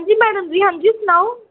हां जी मैडम जी हां जी सनाओ